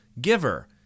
giver